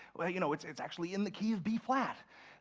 you know it's it's actually in the key of b flat.